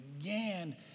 again